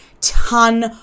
ton